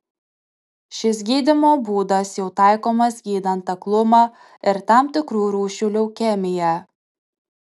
šis gydymo būdas jau taikomas gydant aklumą ir tam tikrų rūšių leukemiją